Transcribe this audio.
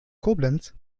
koblenz